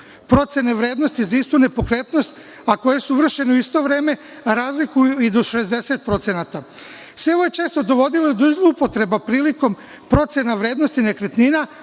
procene vrednosti za istu nepokretnost, a koje su vršene u isto vreme, a razlikuju i do 60%. Sve je ovo često dovodilo do zloupotreba prilikom procena vrednosti nekretnina,